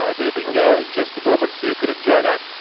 ah they'll be here in just a moment, so you can enjoy that.